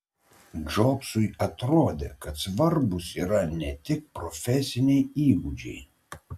džobsui atrodė kad svarbūs yra ne tik profesiniai įgūdžiai